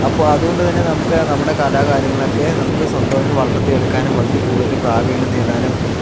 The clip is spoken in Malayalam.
അപ്പോൾ അതുകൊണ്ട് തന്നെ നമുക്ക് നമ്മുടെ കലാകാരങ്ങളൊക്കെ നമുക്ക് സ്വന്തായിട്ട് വളർത്തിയെടുക്കാനും അതിൽകൂടുതൽ പ്രാവീണ്യം നേടാനും